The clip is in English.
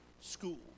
school